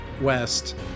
west